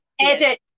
Edit